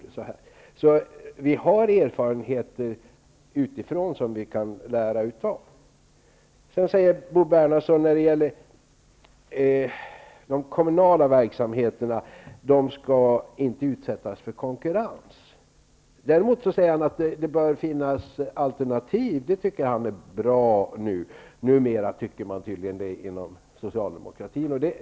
Det finns alltså erfarenheter utifrån som vi kan ta lärdom av. Bo Bernhardsson sade att de kommunala verksamheterna inte skall utsättas för konkurrens. Däremot bör det finnas alternativ, för det tycker han är bra -- numera anser man tydligen det inom socialdemokratin.